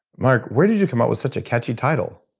mark, where did you come up with such a catchy title?